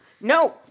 no